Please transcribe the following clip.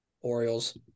Orioles